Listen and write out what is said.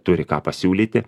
turi ką pasiūlyti